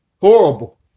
horrible